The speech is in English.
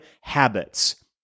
habits